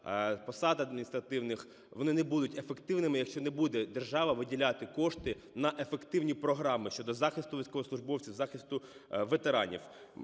посад адміністративних, вони не будуть ефективними, якщо не буде держава виділяти кошти на ефективні програми щодо захисту військовослужбовців, захисту ветеранів.